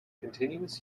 continuous